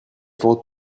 vents